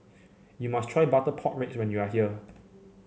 you must try Butter Pork Ribs when you are here